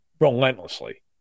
relentlessly